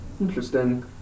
Interesting